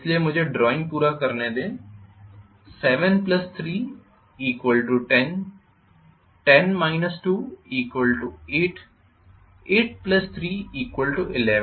इसलिए मुझे ड्राइंग पूरा करने दें 7310 10 28 8311